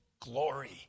glory